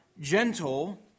gentle